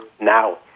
now